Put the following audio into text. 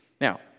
Now